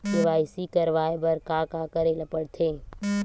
KYC करवाय बर का का करे ल पड़थे?